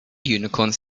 unicorns